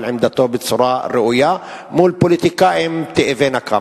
עמדתו בצורה ראויה מול פוליטיקאים תאבי נקם.